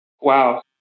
Wow